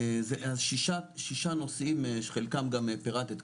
שישה נושאים שאת חלקם גם פירטת קודם,